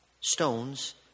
stones